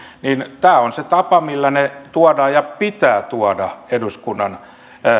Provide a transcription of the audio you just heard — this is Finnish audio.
niin tämä on se tapa millä ne tuodaan ja pitää tuoda eduskunnan